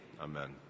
Amen